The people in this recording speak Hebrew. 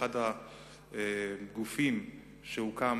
זהו אחד הגופים שהוקם